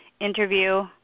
interview